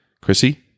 Chrissy